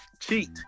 Cheat